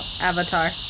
Avatar